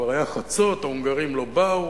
כבר היה חצות, ההונגרים לא באו.